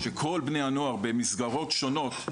שכל בני הנוער ממסגרות שונות,